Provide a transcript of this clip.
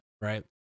right